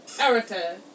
Erica